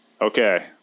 Okay